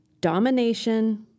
domination